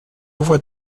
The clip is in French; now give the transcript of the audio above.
voies